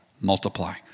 multiply